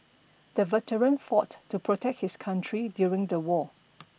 the veteran fought to protect his country during the war